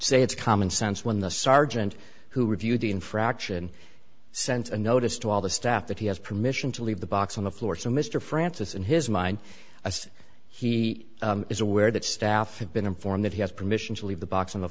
say it's common sense when the sergeant who reviewed the infraction sent a notice to all the staff that he has permission to leave the box on the floor so mr francis in his mind as he is aware that staff have been informed that he has permission to leave the box